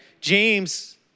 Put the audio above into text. James